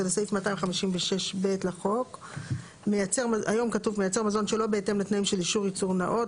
(17) במקום "מייצר" יבוא "בעל אישור ייצור נאות